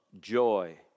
joy